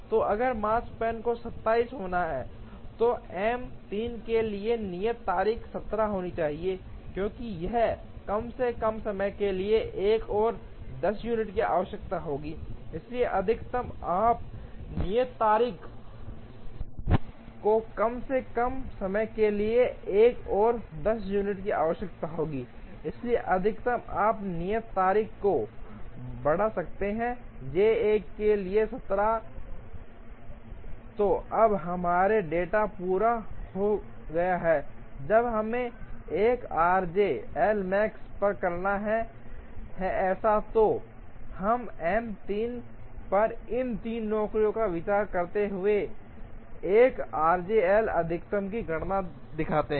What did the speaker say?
तो अगर माकस्पैन को 27 होना है तो एम 3 के लिए नियत तारीख 17 होनी चाहिए क्योंकि यह कम से कम समय के लिए एक और 10 यूनिट की आवश्यकता होती है इसलिए अधिकतम आप नियत तारीख को बढ़ा सकते हैं J 1 के लिए 17 तो अब हमारा डेटा पूरा हो गया है जब हमें 1 rj Lमैक्स पर करना है ऐसा है तो हम एम 3 पर इन 3 नौकरियों पर विचार करते हुए 1 आरजे एल अधिकतम की गणना दिखाते हैं